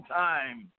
time